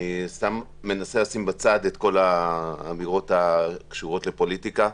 ולשים בצד את כל האמירות הקשורות בפוליטיקה.